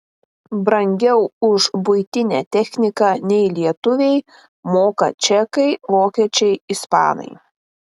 brangiau už buitinę techniką nei lietuviai moka čekai vokiečiai ispanai